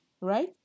Right